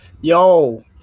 Yo